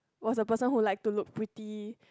was a person who like to look pretty